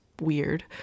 weird